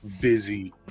busy